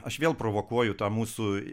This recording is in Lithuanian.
aš vėl provokuoju tą mūsų